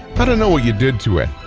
but know what you did to it,